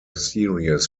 series